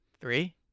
three